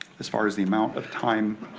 as far as the amount of time.